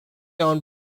owned